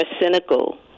cynical